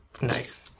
Nice